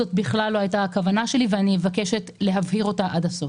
זאת בכלל לא הייתה הכוונה שלי ואני מבקשת להבהיר אותה עד הסוף.